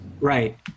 Right